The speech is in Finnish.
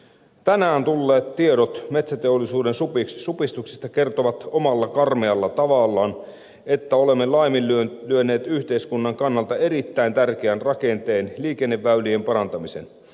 tänään tulleet tiedot metsäteollisuuden supistuksista kertovat omalla karmealla tavallaan että olemme laiminlyöneet yhteiskunnan kannalta erittäin tärkeän rakenteen liikenneväylien parantamisen